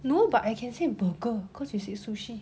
no but I can say burger cause you said sushi